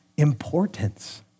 importance